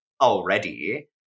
already